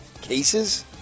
Cases